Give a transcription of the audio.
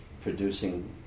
producing